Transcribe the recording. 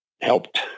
helped